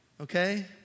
okay